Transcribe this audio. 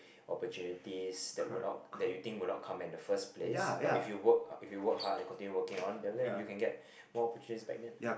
opportunities that will not that you think will not come in the first place but if you work if you work hard and continue working on then after that you can get more opportunities back then